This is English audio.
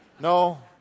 No